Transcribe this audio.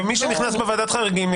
ומי שנכנס בוועדת חריגים,